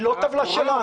היא לא טבלה שלנו.